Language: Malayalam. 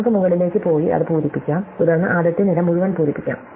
നമുക്ക് മുകളിലേക്ക് പോയി അത് പൂരിപ്പിക്കാം തുടർന്ന് ആദ്യത്തെ നിര മുഴുവൻ പൂരിപ്പിക്കാം